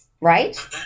right